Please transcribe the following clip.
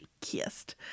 kissed